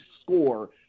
score